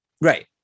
Right